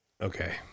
Okay